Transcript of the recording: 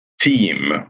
team